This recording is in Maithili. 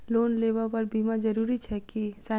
लोन लेबऽ पर बीमा जरूरी छैक की?